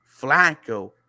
Flacco